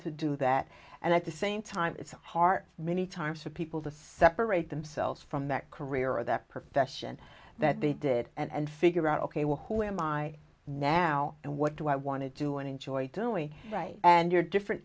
to do that and i just same time it's hard many times for people to separate themselves from that career or that profession that they did and figure out ok well who am i now and what do i want to do and enjoy doing and you're different